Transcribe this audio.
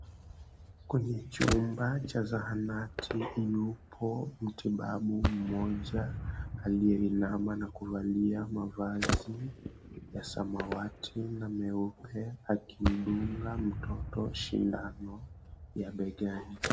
Kwenye chumba cha zahanati. Yupo mtibabu moja aliyeinama na kuvalia mavazi ya samawati na meupe, akimdunga mtoto shindano ya begani.